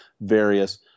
various